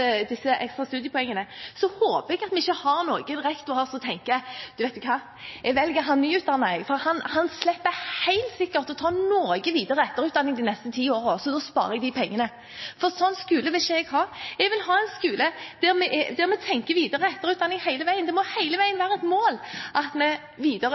ekstra studiepoengene, at vi har noen rektorer som tenker: Vet du hva, jeg velger han nyutdannede, for han slipper helt sikkert å ta noe videre- og etterutdanning de neste ti årene, så da sparer jeg de pengene. Sånn skole vil ikke jeg ha. Jeg vil ha en skole der vi tenker videre- og etterutdanning hele veien. Det må hele veien være et mål at vi